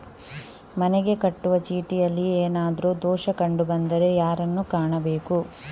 ಮನೆಗೆ ಕಟ್ಟುವ ಚೀಟಿಯಲ್ಲಿ ಏನಾದ್ರು ದೋಷ ಕಂಡು ಬಂದರೆ ಯಾರನ್ನು ಕಾಣಬೇಕು?